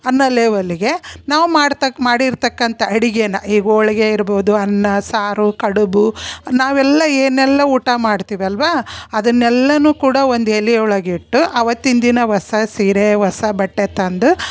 ಅನ್ನೋ ಲೆವೆಲ್ಲಿಗೆ ನಾವು ಮಾಡ್ತಕ್ಕ ಮಾಡಿರ್ತಕ್ಕಂಥ ಅಡುಗೆನ ಈ ಹೋಳಿಗೆ ಇರ್ಬೋದು ಅನ್ನ ಸಾರು ಕಡುಬು ನಾವೆಲ್ಲ ಏನೆಲ್ಲ ಊಟ ಮಾಡ್ತೀವಿ ಅಲ್ಲವಾ ಅದನ್ನೆಲ್ಲನೂ ಕೂಡ ಒಂದು ಎಲೆ ಒಳಗಿಟ್ಟು ಆವತ್ತಿನ ದಿನ ಹೊಸ ಸೀರೆ ಹೊಸ ಬಟ್ಟೆ ತಂದ